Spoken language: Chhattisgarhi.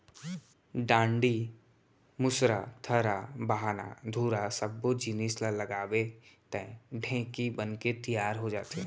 डांड़ी, मुसरी, थरा, बाहना, धुरा सब्बो जिनिस ल लगाबे तौ ढेंकी बनके तियार हो जाथे